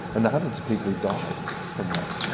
and the hundreds of people died from that.